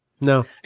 No